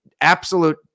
absolute